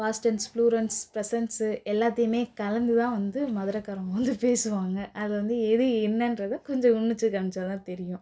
past tense ப்ளுரெ ன்ஸ் ப்ரசன்ஸு எல்லாத்தையுமே கலந்து தான் வந்து மதுரைக்காரங்க வந்து பேசுவாங்க அது வந்து எது என்னன்றதை கொஞ்சம் உன்னித்து கவனித்தா தான் தெரியும்